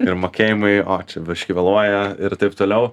ir mokėjimai o čia biškį vėluoja ir taip toliau